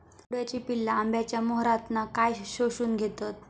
तुडतुड्याची पिल्ला आंब्याच्या मोहरातना काय शोशून घेतत?